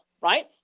right